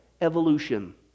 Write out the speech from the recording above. evolution